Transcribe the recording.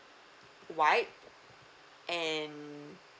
white and